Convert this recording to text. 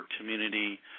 community